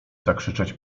zakrzyczeć